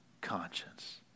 conscience